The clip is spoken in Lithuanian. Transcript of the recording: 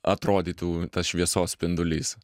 atrodytų tas šviesos spindulys